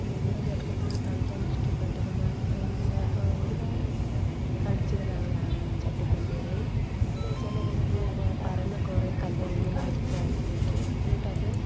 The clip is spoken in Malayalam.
നമ്മൾ ചെറുപ്പത്തിൽ കളിക്കാൻ ഇഷ്ടപ്പെട്ടിരുന്ന അല്ലെങ്കിൽ ഒരുപാട് കളിച്ചിരുന്ന കളിയാണ് ചട്ടി പന്തുകളി അത് എന്നു വെച്ചാൽ അതിൽ നമ്മൾ പരന്ന കുറേ കല്ലുകൾ ഇങ്ങനെ അടുക്കി അടുക്കി വെക്കും എന്നിട്ട് അത്